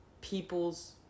people's